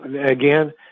again